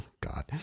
god